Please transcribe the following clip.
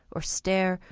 or stare,